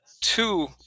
two